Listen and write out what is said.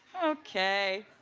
okay.